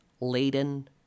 laden